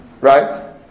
right